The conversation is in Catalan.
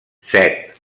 set